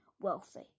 wealthy